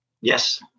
yes